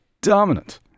dominant